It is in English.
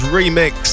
remix